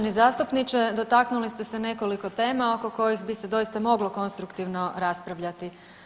Uvaženi zastupniče dotaknuli ste se nekoliko tema oko kojih bi se doista moglo konstruktivno raspravljati.